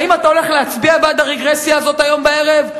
האם אתה הולך להצביע בעד הרגרסיה הזאת היום בערב?